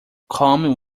come